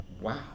wow